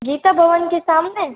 गीता भवन के सामने